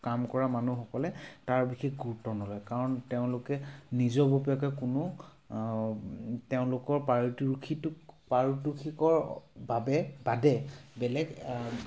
কাম কৰা মানুহসকলে তাৰ বিশেষ গুৰুত্ব নলয় কাৰণ তেওঁলোকে নিজববীয়াকৈ কোনো তেওঁলোকৰ পাৰিতোষিক পাৰিতোষিকৰ বাবে বাদে বেলেগ